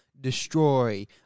destroy